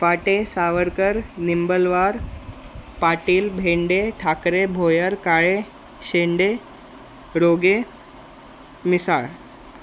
Phate Savarkar Nimbalwar Patil Bhende Thackeray Bhoyar Kale Shende Roge Misal